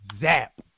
Zap